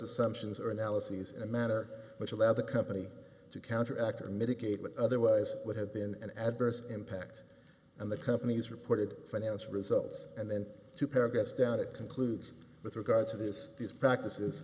assumptions or analyses a matter which allowed the company to counter act or mitigate what otherwise would have been an adverse impact on the company's reported finance results and then two paragraphs down it concludes with regard to this these practices